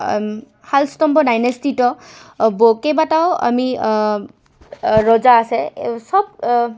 শালস্তম্ভ ডাইনেষ্টিতো ব কেইবাটাও আমি ৰজা আছে চব